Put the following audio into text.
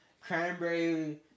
cranberry